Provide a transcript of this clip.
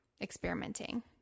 experimenting